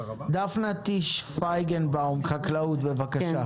דפנה טיש פייגנבוים, משרד החקלאות, בבקשה.